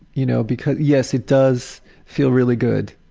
you know, because yes it does feel really good,